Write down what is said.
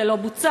וזה לא בוצע.